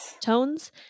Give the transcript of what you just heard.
tones